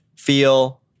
Feel